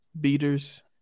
beaters